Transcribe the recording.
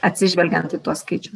atsižvelgiant į tuos skaičius